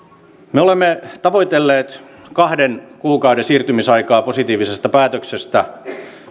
me olemme tavoitelleet kahden kuukauden siirtymisaikaa positiivisesta päätöksestä